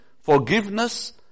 forgiveness